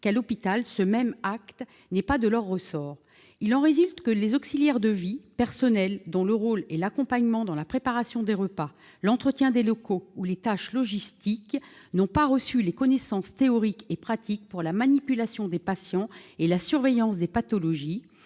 que, à l'hôpital, ce même acte n'est pas de leur ressort. Il en résulte que les auxiliaires de vie, personnel dont le rôle est l'accompagnement dans la préparation des repas, l'entretien des locaux ou les tâches logistiques et qui n'a pas reçu les connaissances théoriques et pratiques pour la manipulation des patients et la surveillance des pathologies,